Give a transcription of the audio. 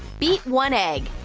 beat one egg.